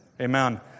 Amen